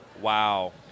Wow